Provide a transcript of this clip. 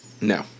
No